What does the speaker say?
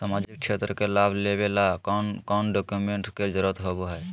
सामाजिक क्षेत्र के लाभ लेबे ला कौन कौन डाक्यूमेंट्स के जरुरत होबो होई?